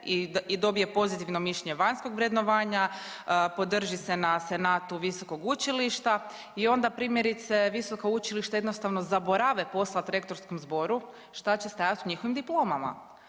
i dobije pozitivno mišljenje vanjskog vrednovanja podrži se na Senatu visokog učilišta i onda primjerice visoka učilišta jednostavno zaborave poslati Rektorskom zboru šta će stajati u njihovim diplomama.